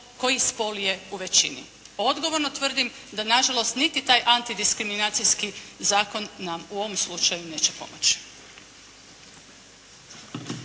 koji spol je u većini. Odgovorno tvrdim da na žalost niti taj antidiskriminacijski zakon nam u ovom slučaju neće pomoći.